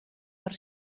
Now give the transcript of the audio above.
per